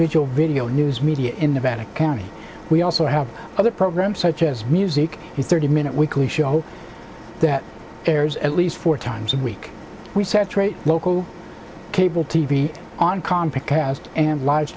vigil video news media in nevada county we also have other programs such as music is thirty minute weekly show that airs at least four times a week we saturate local cable t v on com pick and live